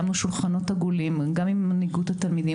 קיימנו שולחנות עגולים גם עם מנהיגות התלמידים,